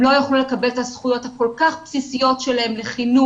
הם לא יוכלו לקבל את הזכויות הכול כך בסיסיות שלהם לחינוך,